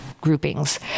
groupings